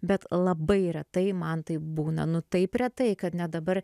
bet labai retai man taip būna nu taip retai kad net dabar